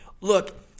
look—